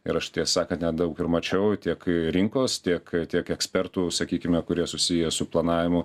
ir aš tiesa kad nedaug ir mačiau tiek rinkos tiek tiek ekspertų sakykime kurie susiję su planavimu